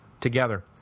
Together